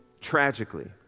tragically